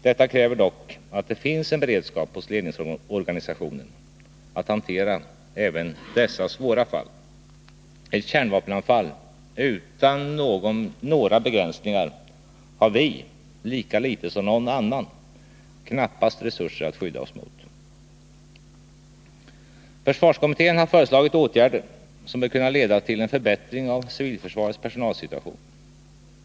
Detta kräver dock att det finns en beredskap hos ledningsorganisationen att hantera även dessa svåra fall. Ett kärnvapenanfall utan några begränsningar har vi lika litet som någon annan knappast resurser att skydda oss mot. Försvarskommittén har föreslagit åtgärder som bör kunna leda till en förbättring av civilförsvarets personalsituation.